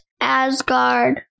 Asgard